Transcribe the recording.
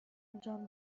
انجام